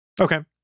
Okay